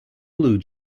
blue